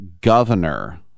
governor